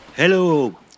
Hello